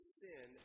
sin